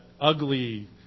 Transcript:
ugly